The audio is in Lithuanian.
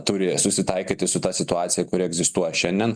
turi susitaikyti su ta situacija kuri egzistuoja šiandien